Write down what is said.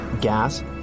gas